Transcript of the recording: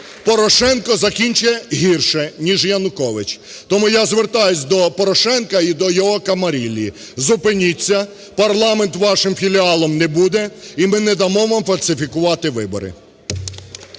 Порошенко закінчить гірше, ніж Янукович. Тому я звертаюсь до Порошенка і до його камарильї: зупиніться, парламент вашим філіалом не буде, і ми не дамо вам фальсифікувати вибори!